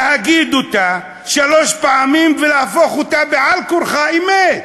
להגיד אותה שלוש פעמים ולהפוך אותה בעל-כורחה אמת.